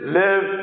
live